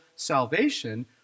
salvation